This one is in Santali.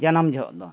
ᱡᱟᱱᱟᱢ ᱡᱚᱦᱚᱜ ᱫᱚ